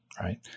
Right